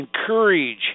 encourage